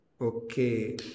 Okay